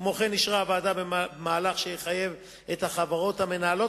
כמו כן אישרה הוועדה מהלך שיחייב את החברות המנהלות